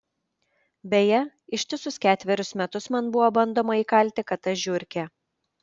beje ištisus ketverius metus man buvo bandoma įkalti kad aš žiurkė